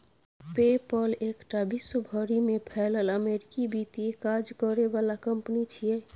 पे पल एकटा विश्व भरि में फैलल अमेरिकी वित्तीय काज करे बला कंपनी छिये